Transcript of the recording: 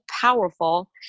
powerful